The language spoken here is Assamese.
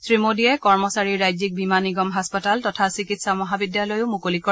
শ্ৰীমোদীয়ে কৰ্মচাৰী ৰাজ্যিক বীমা নিগম হাস্পতাল তথা চিকিৎসা মহাবিদ্যালয়ো মুকলি কৰে